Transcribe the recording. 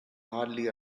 hardly